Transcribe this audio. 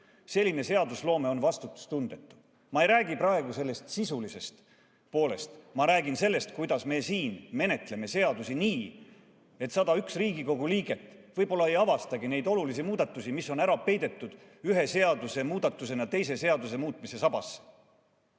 Selline seadusloome on vastutustundetu. Ma ei räägi praegu sisulisest poolest. Ma räägin sellest, kuidas me siin menetleme seadusi nii, et 101 Riigikogu liiget võib-olla ei avastagi neid olulisi muudatusi, mis on ühe seadusemuudatusena ära peidetud teise seaduse muutmise sabasse.